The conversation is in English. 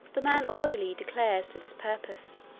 the man audily declares to this purpose